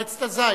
יש מועצת הזית,